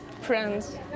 friends